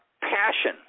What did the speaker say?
passion